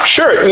Sure